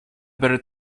better